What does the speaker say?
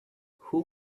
who